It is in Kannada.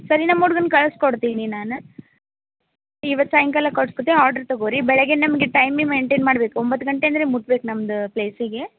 ಸರಿ ನಮ್ಮ ಹುಡ್ಗನ್ನ ಕಳಿಸ್ಕೊಡ್ತೀನಿ ನಾನು ಇವತ್ತು ಸಾಯಂಕಾಲ ಕಳ್ಸ್ಕೊಡ್ತೀನಿ ಆರ್ಡ್ರ್ ತಗೋರಿ ಬೆಳಗ್ಗೆ ನಮ್ಗೆ ಟೈಮ್ ಭಿ ಮೇಂಟೈನ್ ಮಾಡ್ಬೇಕು ಒಂಬತ್ತು ಗಂಟೆ ಅಂದರೆ ಮುಟ್ಬೇಕು ನಮ್ಮದು ಪ್ಲೇಸಿಗೆ